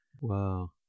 Wow